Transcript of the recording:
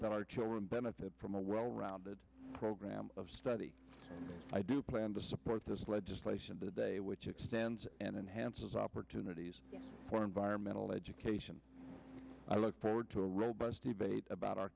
that our children benefit from a well rounded programme of study i do plan to support this legislation today which extends and enhances opportunities for environmental education i look forward to a robust debate about our